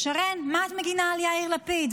שרן, מה את מגינה על יאיר לפיד?